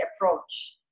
approach